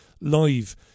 live